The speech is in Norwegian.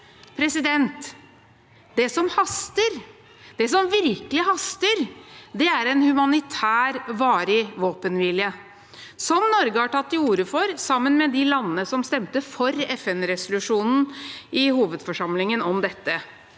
haster, det som virkelig haster, er en humanitær, varig våpenhvile, som Norge har tatt til orde for, sammen med de landene som stemte for FN-resolusjonen i hovedforsamlingen om dette.